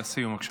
לסיום, בבקשה.